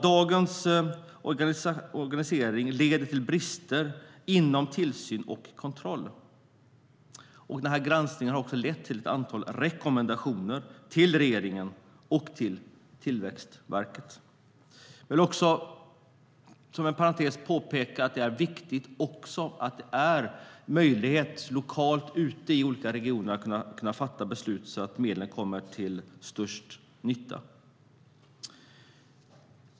Dagens organisation leder till brister inom tillsyn och kontroll. Granskningen har också lett till ett antal rekommendationer till regeringen och till Tillväxtverket. Jag vill som en parentes påpeka att det är viktigt att det är möjligt att lokalt ute i olika regioner fatta beslut så att medlen kommer till största nytta.